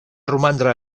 romandre